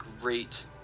great